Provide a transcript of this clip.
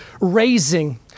raising